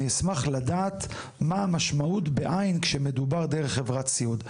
אני אשמח לדעת מה המשמעות בעין כשמדובר דרך חברת סיעוד.